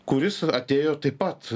kuris atėjo taip pat